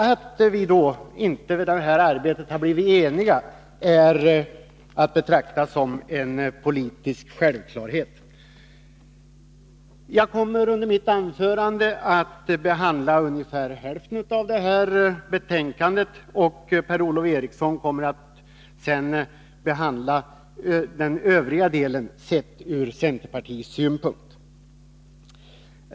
Att vi då i samband med det här arbetet inte har blivit eniga är att betrakta som en politisk självklarhet. Jag kommer i mitt anförande att behandla ungefär hälften av betänkandet, och Per-Ola Eriksson kommer senare att behandla den övriga delen, sedd från centerpartiets synpunkt.